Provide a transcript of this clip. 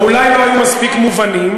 או אולי לא היו מספיק מובנים.